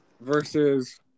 Versus